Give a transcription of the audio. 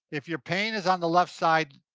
if your pain is on the left side,